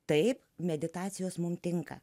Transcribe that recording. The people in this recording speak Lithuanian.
taip meditacijos mums tinka